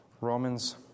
Romans